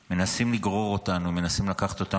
מנסים לגרור אותנו, מנסים לקחת אותנו